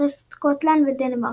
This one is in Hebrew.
אחרי סקוטלנד ודנמרק.